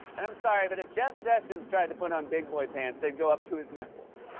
and i'm sorry, but if jeff sessions tried to put on big-boy pants, they'd go up to his nipples.